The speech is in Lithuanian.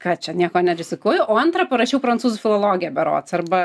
ką čia nieko nerizikuoju o antrą parašiau prancūzų filologiją berods arba